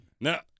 Now